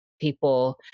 people